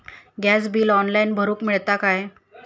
Gas bill online भरुक मिळता काय?